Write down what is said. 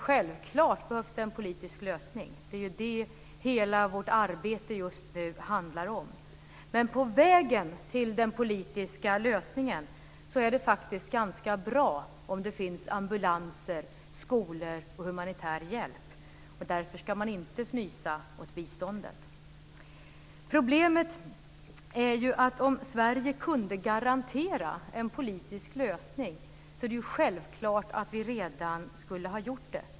Självklart behövs det en politisk lösning. Det är det hela vårt arbete just nu handlar om. Men på vägen till den politiska lösningen är det faktiskt ganska bra om det finns ambulanser, skolor och humanitär hjälp. Därför ska man inte fnysa åt biståndet. Problemet är att om Sverige kunde garantera en politisk lösning är det självklart att vi redan skulle ha gjort det.